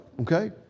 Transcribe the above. okay